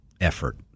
effort